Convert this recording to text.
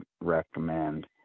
recommend